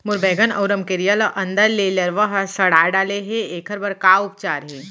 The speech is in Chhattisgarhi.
मोर बैगन अऊ रमकेरिया ल अंदर से लरवा ह सड़ा डाले हे, एखर बर का उपचार हे?